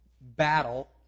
battle